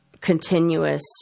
continuous